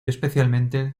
especialmente